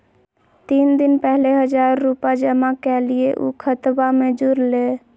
तीन दिन पहले हजार रूपा जमा कैलिये, ऊ खतबा में जुरले?